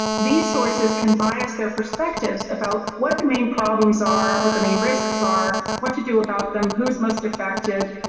these sources can bias their perspectives about what the main problems, are what the main risks are, what to do about them, who's most affected,